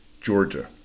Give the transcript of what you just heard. Georgia